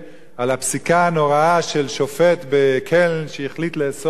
הפסיקה הנוראה של שופט בקלן שהחליט לאסור את ברית המילה.